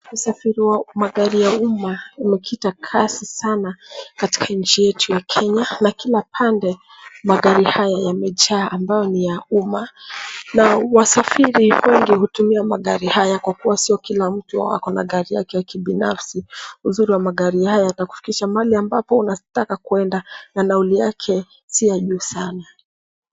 Usafiri wa magari ya umma umekita kasi sana katika nchi yetu ya kenya na kila pande magari haya yamejaa ambayo ni ya umma na wasafiri wengi hutumia magari haya kwa kuwa sio kila mtu ako na gari yake ya kibinafsi. Uzuri wa magari haya yanakufikisha mahali ambapo unataka kuenda na nauli yake si ya juu sana.